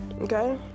okay